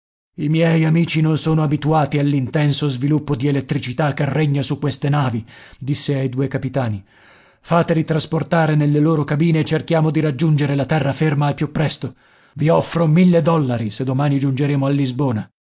i miei amici non sono abituati all'intenso sviluppo di elettricità che regna su queste navi disse ai due capitani fateli trasportare nelle loro cabine e cerchiamo di raggiungere la terra ferma al più presto i offro mille dollari se domani giungeremo a lisbona